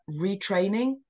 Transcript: retraining